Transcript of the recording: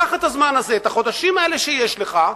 קח את הזמן הזה, את החודשים האלה שיש לך,